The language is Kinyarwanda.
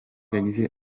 yagize